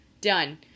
Done